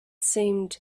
seemed